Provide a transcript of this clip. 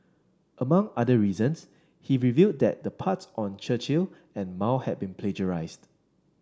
among other reasons he revealed that the parts on Churchill and Mao had been plagiarised